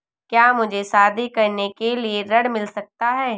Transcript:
क्या मुझे शादी करने के लिए ऋण मिल सकता है?